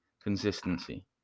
consistency